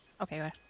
Okay